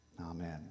Amen